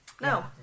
No